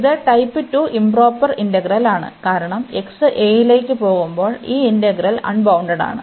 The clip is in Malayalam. ഇത് ടൈപ്പ് 2 ഇoപ്രൊപ്പർ ഇന്റഗ്രലാണ് കാരണം x aലേക്ക് പോകുമ്പോൾ ഈ ഇന്റഗ്രൽ അൺബൌണ്ടഡ്ഡാണ്